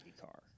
car